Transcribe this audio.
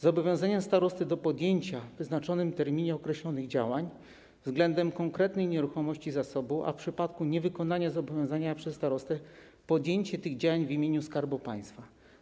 Zobowiązania starosty do podjęcia w wyznaczonym terminie określonych działań względem konkretnej nieruchomości zasobu, a w przypadku niewykonania zobowiązania przez starostę - podjęcie tych działań w imieniu Skarbu Państwa.